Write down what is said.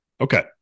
okay